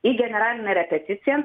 į generalinę repeticiją